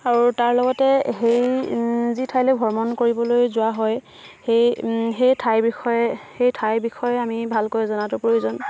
আৰু তাৰ লগতে সেই যি ঠাইলৈ ভ্ৰমণ কৰিবলৈ যোৱা হয় সেই সেই ঠাইৰ বিষয়ে সেই ঠাইৰ বিষয়ে আমি ভালকৈ জনাটো প্ৰয়োজন